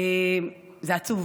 זה עצוב.